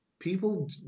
people